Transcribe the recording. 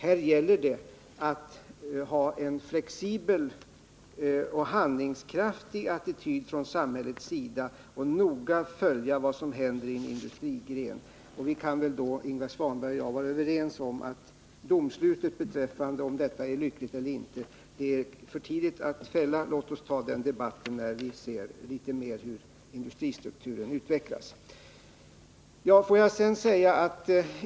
Här gäller det att ha en flexibel och handlingskraftig attityd från samhällets sida och att noga följa vad som händer i en industrigren. Ingvar Svanberg och jag borde kunna vara överens om att domslutet beträffande om detta är lyckligt eller inte är för tidigt att fälla. Låt oss ha den debatten när vi ser litet mer hur industristrukturen utvecklas.